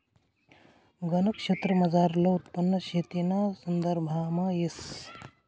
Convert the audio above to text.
गनज क्षेत्रमझारलं उत्पन्न शेतीना संदर्भामा येस